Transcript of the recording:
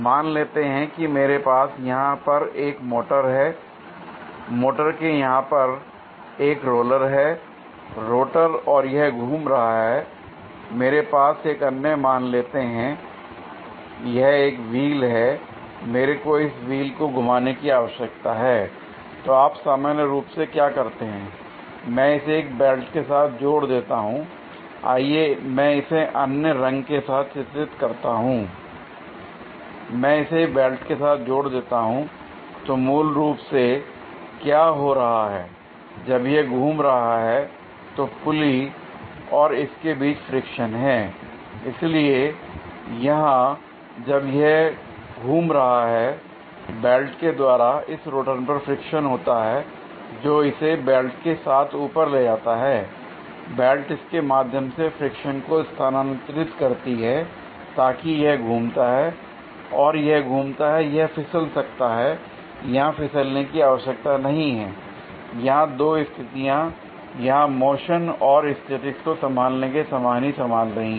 मान लेते हैं कि मेरे पास यहां पर एक मोटर है मोटर के यहां पर एक रोलर है रोटर और यह घूम रहा है lमेरे पास एक अन्य मान लेते हैं कि यह एक व्हील है मेरे को इस व्हील को घुमाने की आवश्यकता है l तो आप सामान्य रूप से क्या करते हैं मैं इसे एक बेल्ट के साथ जोड़ देता हूं l आइए मैं इसे अन्य रंग के साथ चित्रित करता हूं मैं इसे एक बेल्ट के साथ जोड़ देता हूं l तो मूल रूप से क्या हो रहा है जब यह घूम रहा है तो पुली और इसके बीच फ्रिक्शन है l इसलिए यहां जब यह है घूम रहा है बेल्ट के द्वारा इस रोटर पर फ्रिक्शन होता है जो इसे बेल्ट के साथ ऊपर ले आता है l बेल्ट इसके माध्यम से फ्रिक्शन को स्थानांतरित करती है ताकि यह घूमता है और यह घूमता है यह फिसल सकता है यहां फिसलने की आवश्यकता नहीं है l यहां दो स्थितियां यहां मोशन और स्टैटिक्स को संभालने के समान ही संभाल रही हैं